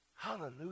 Hallelujah